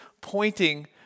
pointing